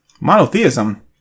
Monotheism